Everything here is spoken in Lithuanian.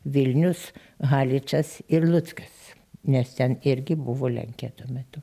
vilnius haličas ir luckas nes ten irgi buvo lenkija tuo metu